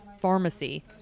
pharmacy